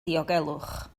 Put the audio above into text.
diogelwch